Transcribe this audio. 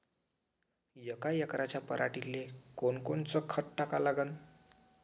यका एकराच्या पराटीले कोनकोनचं खत टाका लागन?